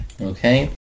Okay